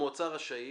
המועצה רשאית.